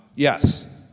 Yes